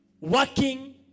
working